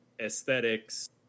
aesthetics